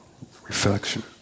reflection